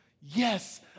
Yes